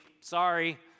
Sorry